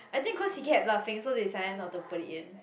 I think cause he kept laughing so they decided not to put it in